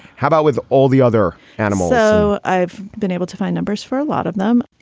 how about with all the other animals, though? i've been able to find numbers for a lot of them,